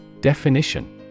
Definition